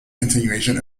continuation